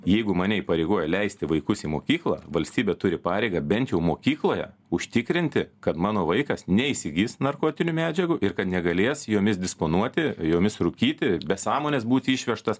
jeigu mane įpareigoja leisti vaikus į mokyklą valstybė turi pareigą bent jau mokykloje užtikrinti kad mano vaikas neįsigys narkotinių medžiagų ir kad negalės jomis disponuoti jomis rūkyti be sąmonės būti išvežtas